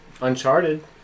Uncharted